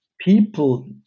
people